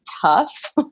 tough